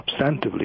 substantively